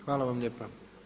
Hvala vam lijepa.